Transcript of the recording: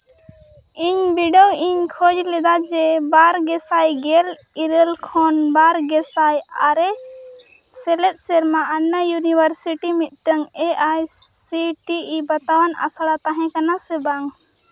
ᱤᱧ ᱵᱤᱰᱟᱹᱣ ᱤᱧ ᱠᱷᱚᱡᱽ ᱞᱮᱫᱟ ᱡᱮ ᱵᱟᱨ ᱜᱮ ᱥᱟᱭ ᱜᱮᱞ ᱤᱨᱟᱹᱞ ᱠᱷᱚᱱ ᱵᱟᱨ ᱜᱮ ᱥᱟᱭ ᱟᱨᱮ ᱥᱮᱞᱮᱫ ᱥᱮᱨᱢᱟ ᱟᱱᱱᱟ ᱤᱭᱩᱱᱤᱵᱷᱟᱨᱥᱤᱴᱤ ᱢᱤᱫᱴᱟᱹᱝ A I C T E ᱵᱟᱛᱟᱣᱟᱱ ᱟᱥᱲᱟ ᱛᱟᱦᱮᱸ ᱠᱟᱱᱟ ᱥᱮ ᱵᱟᱝ